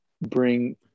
bring